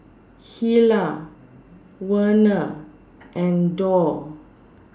Hilah Werner and Dorr